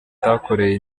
atakoreye